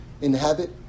inhabit